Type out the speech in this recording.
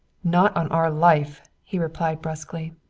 not on our life! he replied brusquely.